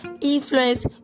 influence